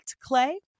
clay